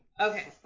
Okay